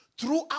throughout